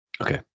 Okay